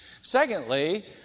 Secondly